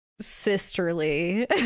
sisterly